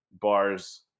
bars